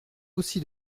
aussi